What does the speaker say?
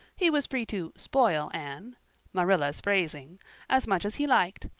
he was free to, spoil anne marilla's phrasing as much as he liked.